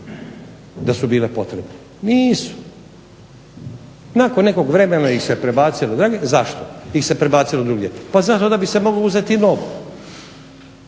Da su bile potrebne, nisu. Nakon nekog vremena ih se prebacilo, zašto ih se prebacilo drugdje? Pa zato da bi se moglo uzeti novu.